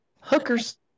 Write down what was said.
hookers